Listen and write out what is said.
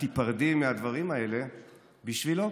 את תיפרדי מהדברים האלה בשבילו.